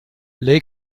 lake